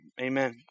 amen